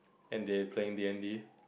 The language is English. and they playing D-and-D